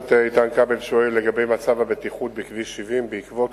הכנסת איתן כבל שאל את שר התחבורה והבטיחות בדרכים ביום כ"ז